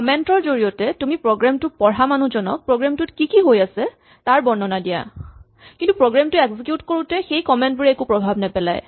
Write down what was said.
comment ৰ জৰিয়তে তুমি প্ৰগ্ৰেম টো পঢ়া মানুহজনক প্ৰগ্ৰেম টোত কি কি হৈ আছে তাৰ বৰ্ণনা দিয়া কিন্তু প্ৰগ্ৰেম টো এক্সিকিউট কৰোতে সেই কমেন্ট বোৰে একো প্ৰভাৱ নেপেলায়